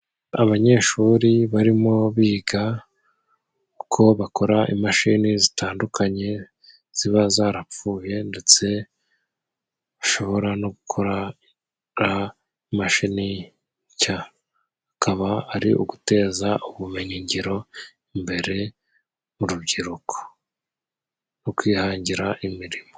Abanyeshuri barimo biga uko bakora imashini zitandukanye ziba zarapfuye, ndetse bashobora no gukora imashini nshya, akaba ari uguteza ubumenyi ngiro imbere urubyiruko no kwihangira imirimo.